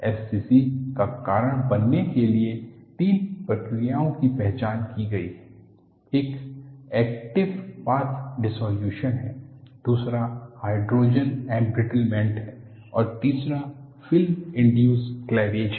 SCC का कारण बनने के लिए तीन प्रक्रियाओं की पहचान की गई है एक एक्टिव पाथ डिस्सोल्यूशन है दूसरा हाइड्रोजन एमब्रिटलमैंट है तीसरा फिल्म इंडयूसड क्लैवेज है